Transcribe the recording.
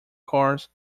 cars